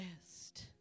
best